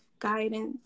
guidance